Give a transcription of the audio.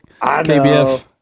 kbf